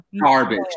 Garbage